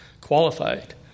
qualified